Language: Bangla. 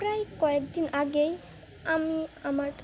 প্রায় কয়েক দিন আগেই আমি আমার